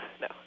no